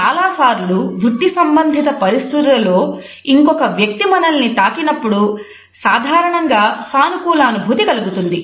చాలాసార్లు వృత్తి సంబంధిత పరిస్థితులలో ఇంకొక వ్యక్తి మనల్ని తాకినపుడు సాధారణంగా సానుకూల అనుభూతి కలుగుతుంది